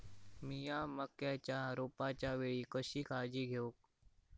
मीया मक्याच्या रोपाच्या वेळी कशी काळजी घेव?